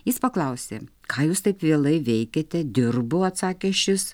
jis paklausė ką jūs taip vėlai veikiate dirbu atsakė šis